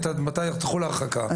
מתי תחול ההרחקה.